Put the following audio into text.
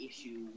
issue